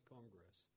Congress